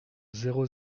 zéro